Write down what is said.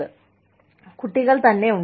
ഞങ്ങൾക്ക് കുട്ടികൾ തന്നെയുണ്ട്